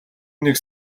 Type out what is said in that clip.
нэг